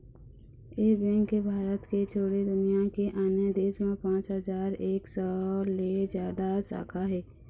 ए bank के भारत के छोड़े दुनिया के आने देश म पाँच हजार एक सौ ले जादा शाखा हे